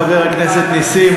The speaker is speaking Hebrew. חבר הכנסת נסים,